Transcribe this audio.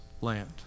land